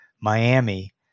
Miami